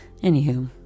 Anywho